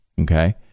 Okay